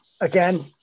again